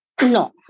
No